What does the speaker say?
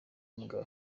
umugabo